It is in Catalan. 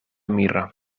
mirra